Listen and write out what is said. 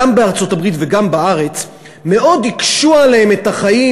גם בארצות-הברית וגם בארץ מאוד הקשו עליהם את החיים